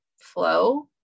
flow